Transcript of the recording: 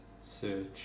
search